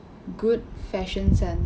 good fashion sense